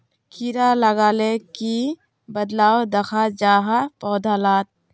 कीड़ा लगाले की बदलाव दखा जहा पौधा लात?